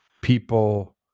people